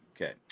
Okay